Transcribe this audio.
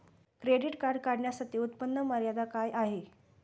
Credit card काढण्यासाठी उत्पन्न मर्यादा काय आहे?